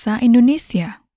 Indonesia